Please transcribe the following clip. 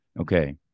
okay